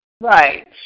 Right